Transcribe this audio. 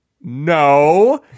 no